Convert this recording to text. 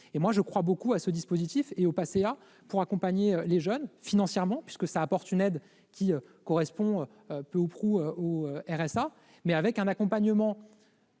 année. Je crois beaucoup à ce dispositif et au Pacea pour accompagner les jeunes financièrement. Ce dispositif représente une aide qui correspond peu ou prou au RSA, mais avec un accompagnement